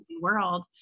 world